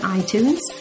iTunes